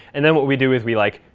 and then what we do is we, like,